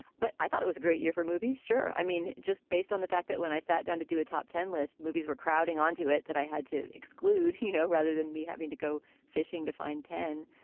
but i thought it was a great year for movies. sure. i mean, just based on the fact that when i sat down to do a top ten list, movies were crowding onto it that i had to exclude. you know, rather than me having to go fishing to find ten.